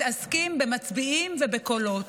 מתעסקים במצביעים ובקולות,